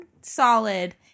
solid